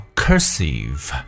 cursive